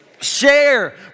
share